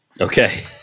Okay